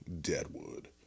Deadwood